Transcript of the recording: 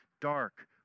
dark